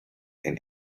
and